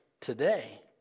today